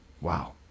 Wow